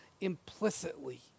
implicitly